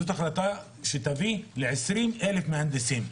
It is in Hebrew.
זו החלטה שתביא ל-20,000 מהנדסים.